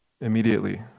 immediately